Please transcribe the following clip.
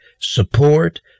support